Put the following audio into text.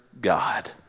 God